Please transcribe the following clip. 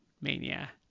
mania